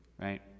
right